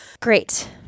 Great